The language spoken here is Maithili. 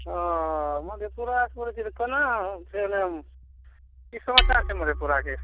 मधेपुरा से बोलै छै तऽ कोना अयबै हम की समाचार छै मधेपुराके